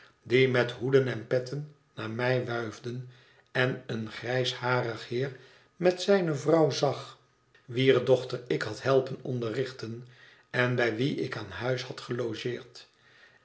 die met hoeden en petten naar mij wuifden en een grijsharig heer met zijne vrouw zag wier dochter ik had helpen onderrichten en bij wie ik aan huis had gelogeerd